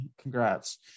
Congrats